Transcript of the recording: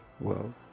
world